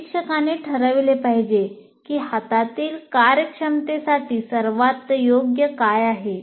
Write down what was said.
प्रशिक्षकांनी ठरवले पाहिजे की हातातील कार्यक्षमतेसाठी सर्वात योग्य काय आहेत